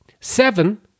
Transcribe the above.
seven